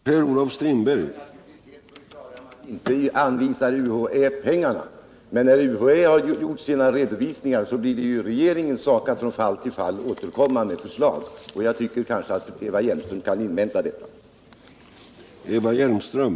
Herr talman! Jag är naturligtvis helt på det klara med att UHÄ inte anvisar pengarna. Men när UHÄ har gjort sina redovisningar blir det regeringens sak att återkomma med förslag från fall till fall. Jag tycker att Eva Hjelmström kan invänta de förslagen.